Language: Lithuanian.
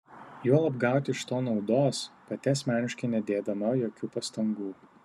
juolab gauti iš to naudos pati asmeniškai nedėdama jokių pastangų